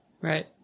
Right